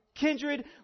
kindred